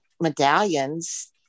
medallions